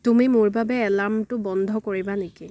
তুমি মোৰ বাবে এলাৰ্মটো বন্ধ কৰিবা নেকি